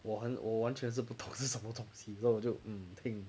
我很我完全是不懂是什么东西 then 我就 um 停